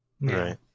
Right